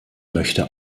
möchte